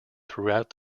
throughout